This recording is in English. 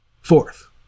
fourth